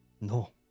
No